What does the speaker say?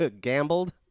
gambled